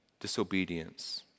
Disobedience